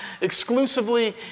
exclusively